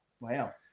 Wow